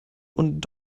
und